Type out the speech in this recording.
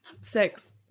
Six